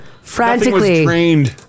Frantically